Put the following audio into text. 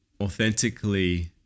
authentically